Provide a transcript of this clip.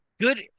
good